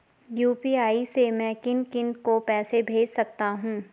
UPI से मैं किन किन को पैसे भेज सकता हूँ?